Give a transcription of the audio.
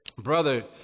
brother